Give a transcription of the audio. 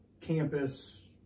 campus